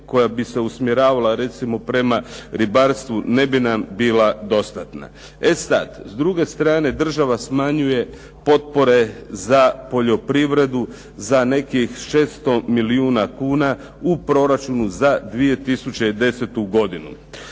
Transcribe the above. koja bi se usmjeravala recimo prema ribarstvu ne bi nam bila dostatna. E sad, s druge strane, država smanjuje potpore za poljoprivredu za nekih 600 milijuna kuna u proračunu za 2010. godinu.